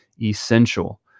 essential